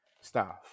staff